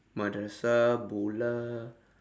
madrasah bola